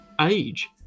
age